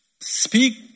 speak